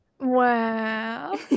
Wow